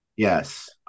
Yes